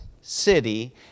city